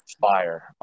fire